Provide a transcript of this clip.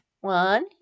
one